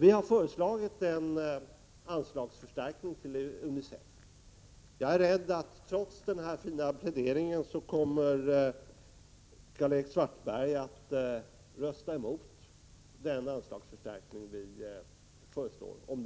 Vi har föreslagit en förstärkning av anslaget till UNICEF. Jag är rädd för att Karl-Erik Svartberg trots denna fina plädering kommer att rösta mot vårt förslag om anslagsförstärkning, om detta går